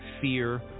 fear